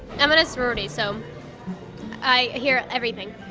i'm in a sorority, so i hear everything.